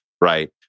right